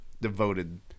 devoted